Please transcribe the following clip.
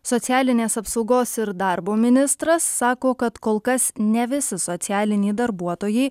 socialinės apsaugos ir darbo ministras sako kad kol kas ne visi socialiniai darbuotojai